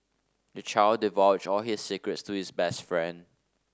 the child divulged all his secrets to his best friend